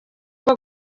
bwo